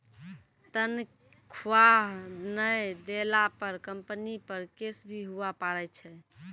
तनख्वाह नय देला पर कम्पनी पर केस भी हुआ पारै छै